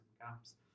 gaps